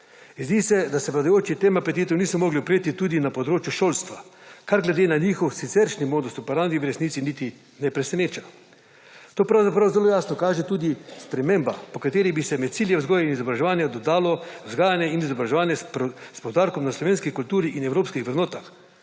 Zdi se, da se vladajoči tem apetitom niso mogli upreti tudi na področju šolstva, kar glede na njihov siceršnji modus operandi v resnici niti ne preseneča. To pravzaprav zelo jasno kaže tudi sprememba, po kateri bi se med cilje vzgoje in izobraževanja dodalo vzgajanje in izobraževanje s poudarkom na slovenski kulturi in evropskih vrednotah.